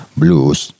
blues